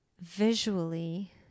visually